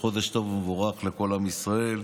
טוב ומבורך לכל עם ישראל.